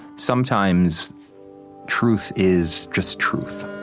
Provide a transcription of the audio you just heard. sometimes truth is just truth